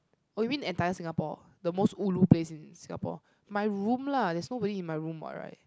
oh you mean the entire Singapore the most ulu place in Singapore my room lah there's nobody in my room what right